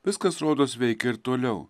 viskas rodos veikia ir toliau